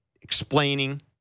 explaining